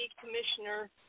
Commissioner